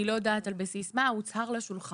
אני לא יודעת על בסיס מה זה הוצהר לשולחן.